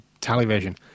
television